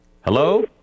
Hello